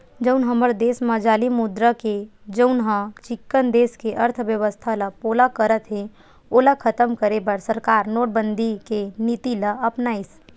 जउन हमर देस म जाली मुद्रा हे जउनहा चिक्कन देस के अर्थबेवस्था ल पोला करत हे ओला खतम करे बर सरकार नोटबंदी के नीति ल अपनाइस